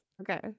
Okay